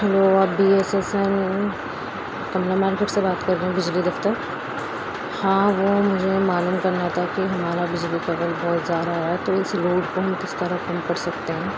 hello آپ B S S N Kamla market سے بات کر رہے ہیں بجلی دفتر ہاں وہ مجھے معلوم کرنا تھا کہ ہمارا بجلی کا بل بہت زیادہ آیا ہے تو اس لوڈ کو ہم کس طرح کم کر سکتے ہیں